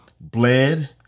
bled